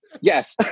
yes